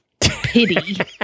pity